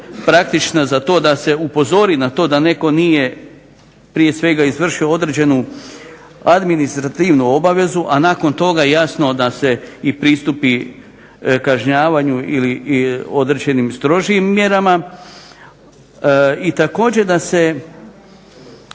praktično za to da se upozori na to da netko nije prije svega izvršio određenu administrativnu obavezu, a nakon toga jasno da se i pristupi kažnjavanju ili određenim strožijim mjerama. I također da se